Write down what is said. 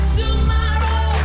tomorrow